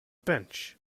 bench